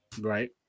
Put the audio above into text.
right